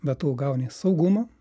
bet tu gauni saugumą